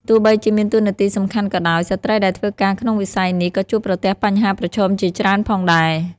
ទោះបីជាមានតួនាទីសំខាន់ក៏ដោយ ស្ត្រីដែលធ្វើការក្នុងវិស័យនេះក៏ជួបប្រទះបញ្ហាប្រឈមជាច្រើនផងដែរ។